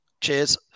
Cheers